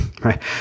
Right